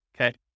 okay